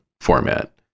format